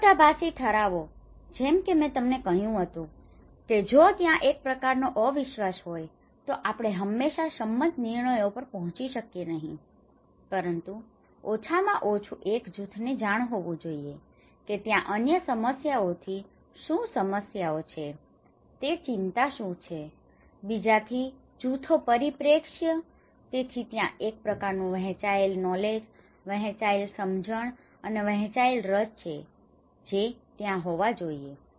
વિરોધાભાસી ઠરાવો જેમ કે મેં કહ્યું હતું કે જો ત્યાં એક પ્રકારનો અવિશ્વાસ હોય તો આપણે હંમેશાં સંમત નિર્ણયો પર પહોંચી શકીએ નહીં પરંતુ ઓછામાં ઓછું એક જૂથને જાણ હોવું જોઈએ કે ત્યાં અન્ય સમસ્યાઓથી શું સમસ્યાઓ છે તે ચિંતા શું છે બીજાથી જૂથો પરિપ્રેક્ષ્ય તેથી ત્યાં એક પ્રકારનું વહેંચાયેલ નોલેજ વહેંચાયેલ સમજણ અને વહેંચાયેલ રસ છે જે ત્યાં હોવા જોઈએ